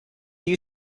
you